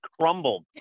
crumbled